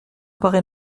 paraît